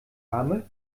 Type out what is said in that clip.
arme